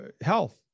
health